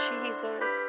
Jesus